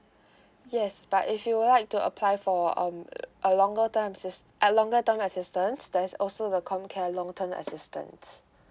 yes but if you would like to apply for um a longer time assis~ a longer term assistance there's also the comcare long term assistance